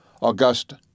august